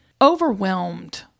overwhelmed